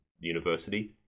university